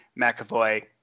McAvoy